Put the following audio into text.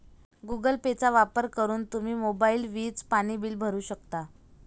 Google पेचा वापर करून तुम्ही मोबाईल, वीज, पाणी बिल भरू शकता